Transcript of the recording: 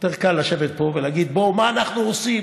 יותר קל לשבת פה ולהגיד: בואו, מה אנחנו עושים?